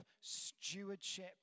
stewardship